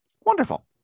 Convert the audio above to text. Wonderful